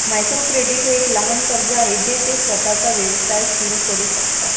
micro credit हे एक लहान कर्ज आहे जे ते स्वतःचा व्यवसाय सुरू करू शकतात